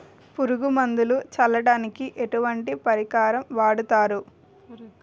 పురుగు మందులు చల్లడానికి ఎటువంటి పరికరం వాడతారు?